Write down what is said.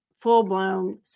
full-blown